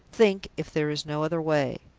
think if there is no other way!